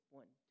one